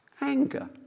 Anger